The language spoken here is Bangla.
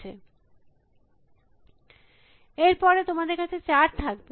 ছাত্র এর পরে তোমাদের কাছে 4 থাকবে